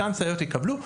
אותן סייעות יקבלו,